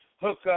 hookup